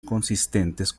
consistentes